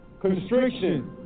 Constriction